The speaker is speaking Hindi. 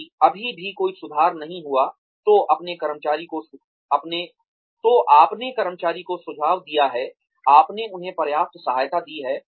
यदि अभी भी कोई सुधार नहीं हुआ है तो आपने कर्मचारी को सुझाव दिया है आपने उन्हें पर्याप्त सहायता दी है